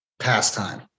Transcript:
pastime